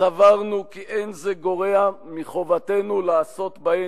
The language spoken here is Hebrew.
עוד קריאת ביניים אחת, אתה בחוץ.